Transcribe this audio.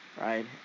right